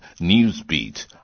Newsbeat